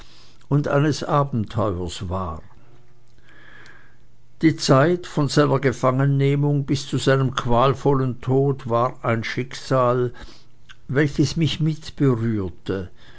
und eines abenteuers war die zeit von seiner gefangennehmung bis zu seinem qualvollen tode war ein schicksal welches mich mitberührte